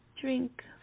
Drink